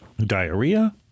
diarrhea